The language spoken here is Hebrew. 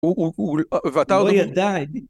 ו... ו... ו...ואתה.. לא ידע...